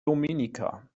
dominica